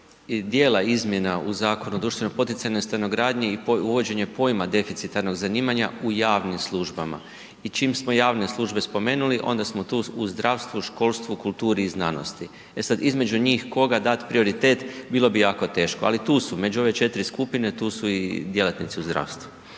dijela izmjena u Zakonu o društveno poticajnoj stanogradnji i uvođenje pojma deficitarnog zanimanja u javnim službama i čim smo javne službe spomenuli, onda smo tu u zdravstvu, školstvu, kulturi i znanosti. E sad, između njih koga dat prioritet, bilo bi jako teško, ali tu su, među ove 4 skupine, tu su i djelatnici u zdravstvu.